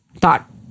thought